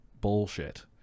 bullshit